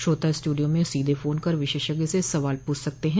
श्रोता स्टूडियो में सीधे फोन कर विशेषज्ञ से सवाल पूछ सकते हैं